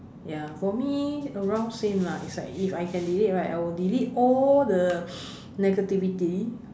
ya for me around same lah if like if I can delete right I will delete all the negativity